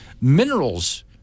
minerals